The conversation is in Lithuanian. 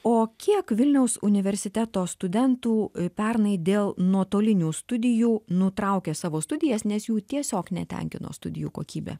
o kiek vilniaus universiteto studentų pernai dėl nuotolinių studijų nutraukė savo studijas nes jų tiesiog netenkino studijų kokybė